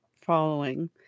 following